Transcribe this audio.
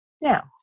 now